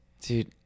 dude